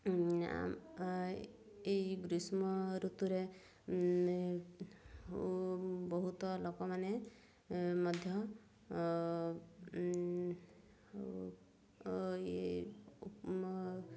ଏଇ ଗ୍ରୀଷ୍ମ ଋତୁରେ ବହୁତ ଲୋକମାନେ ମଧ୍ୟ